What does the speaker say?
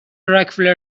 راکفلر